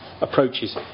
approaches